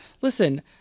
Listen